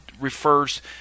refers